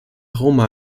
roma